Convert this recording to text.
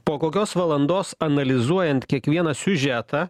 po kokios valandos analizuojant kiekvieną siužetą